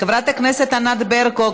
חברת הכנסת ענת ברקו,